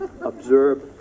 Observe